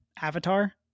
avatar